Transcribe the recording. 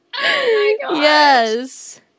Yes